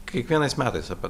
kiekvienais metais apie